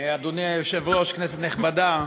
אדוני היושב-ראש, כנסת נכבדה,